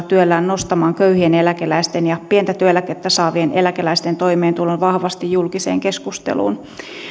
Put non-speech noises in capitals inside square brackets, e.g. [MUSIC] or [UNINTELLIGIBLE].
[UNINTELLIGIBLE] työllään nostamaan köyhien eläkeläisten ja pientä työeläkettä saavien eläkeläisten toimeentulon vahvasti julkiseen keskusteluun